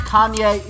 Kanye